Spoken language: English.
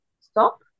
stop